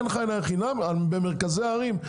אין חנייה חינם במרכזי ערים,